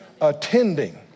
Attending